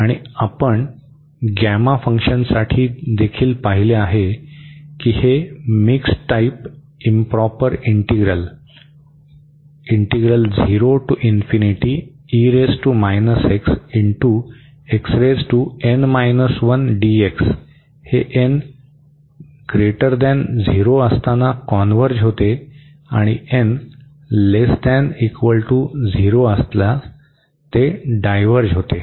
आणि आपण गॅमा फंक्शनसाठी देखील पाहिले आहे की हे मिक्सड टाईप इंप्रॉपर इंटीग्रल हे n 0 असताना कॉन्व्हर्ज होते आणि n≤0 असल्यास ते डायव्हर्ज होते